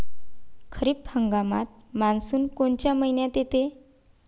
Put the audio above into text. खरीप हंगामात मान्सून कोनच्या मइन्यात येते?